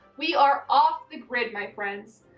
we are off the grid my friends.